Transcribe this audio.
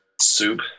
soup